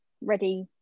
ready